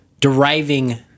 deriving